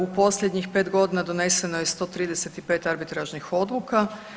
U posljednjih 5 godina doneseno je 135 arbitražnih odluka.